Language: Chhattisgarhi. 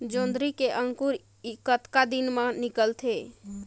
जोंदरी के अंकुर कतना दिन मां निकलथे?